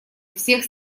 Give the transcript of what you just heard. всех